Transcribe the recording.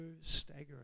staggering